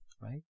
Right